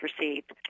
received